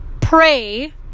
pray